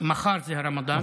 מחר זה הרמדאן.